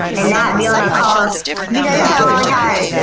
and not be on call, because it's um ah a